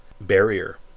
barrier